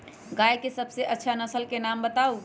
गाय के सबसे अच्छा नसल के नाम बताऊ?